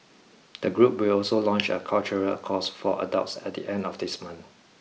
the group will also launch a cultural course for adults at the end of this month